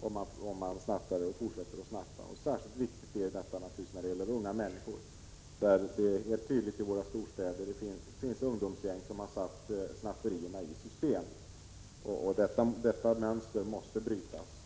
om man snattar och fortsätter att snatta. Särskilt viktigt är detta givetvis när det gäller unga människor. Det är helt tydligt i våra storstäder att det finns ungdomsgäng som har satt snatterierna i system, och detta mönster måste brytas.